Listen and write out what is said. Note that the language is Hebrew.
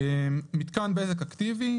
אחרי "מתן שירותי בזק בידי בעל רישיון" יבוא "בזק,